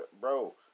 bro